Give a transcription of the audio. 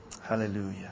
Hallelujah